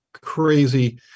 crazy